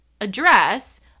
address